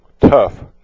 tough